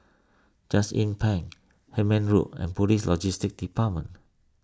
Just Inn Pine Hemmant Road and Police Logistics Department